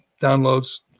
downloads